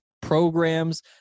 programs